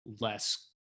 less